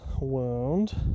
wound